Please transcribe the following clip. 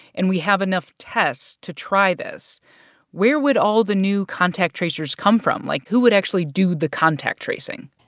and we have enough tests to try this where would all the new contact tracers come from? like, who would actually do the contact tracing?